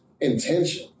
intention